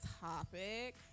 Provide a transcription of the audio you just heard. topic